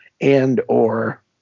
and/or